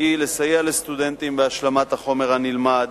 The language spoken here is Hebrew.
היא לסייע לסטודנטים בהשלמת החומר הנלמד,